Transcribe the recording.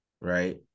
right